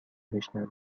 بشنوه